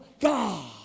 God